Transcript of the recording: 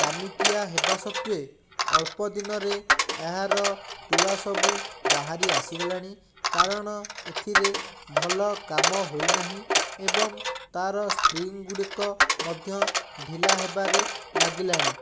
ଦାମିକିଆ ହେବା ସତ୍ୱେ ଅଳ୍ପଦିନରେ ଏହାର ତୁଳା ସବୁ ବାହାରି ଆସିଗଲାଣି କାରଣ ଏଥିରେ ଭଲ କାମ ହୋଇନାହିଁ ଏବଂ ତା ର ସ୍ପ୍ରିଙ୍ଗଗୁଡିକ ମଧ୍ୟ ଢ଼ିଲା ହେବାରେ ଲାଗିଲାଣି